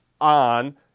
on